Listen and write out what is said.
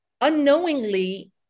unknowingly